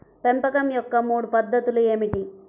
పెంపకం యొక్క మూడు పద్ధతులు ఏమిటీ?